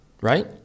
right